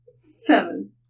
Seven